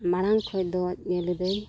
ᱢᱟᱲᱟᱝ ᱠᱷᱚᱡ ᱫᱚ ᱧᱮᱞᱮᱫᱟᱹᱧ